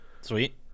Sweet